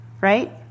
right